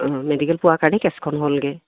medical পোৱা কাৰণে কেছখন হ'লগৈ